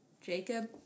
Jacob